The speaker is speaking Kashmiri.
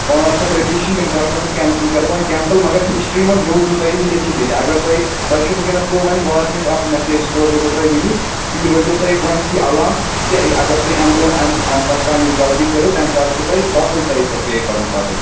پانٛژھ ہَتھ رۄپیہِ چھِ یِم کَرٕ نہٕ بہٕ کینسل یِم کَرٕ بہٕ وۄنۍ کینسٕل مگر ہِسٹری منٛز روٗدوٕ تۄہہِ یہِ لیکھِتھ ییٚتہِ اگر تۄہہِ تۄہہِ چھُو وُنکٮ۪نَس بہٕ وَنہِ وارِنٛگ اَکھ میسیج سوزو بہٕ تۄہہِ وُنی تہٕ یہِ روزٮ۪و تۄہہِ گۄڈٕ یہِ علم کہِ یہِ اگر تُہۍ اَمہِ برٛونٛہہ اَمہِ امہِ پَتہٕ کانٛہہ یِژھ غلطی کٔرِو تَمہِ ساتہٕ چھُو تۄہہِ ڈَبُل تۄہہِ پے کَرُن پَتہٕ